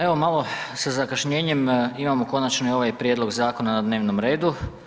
Evo, malo sa zakašnjenjem imamo konačno i ovaj prijedlog zakona na dnevnom redu.